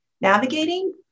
navigating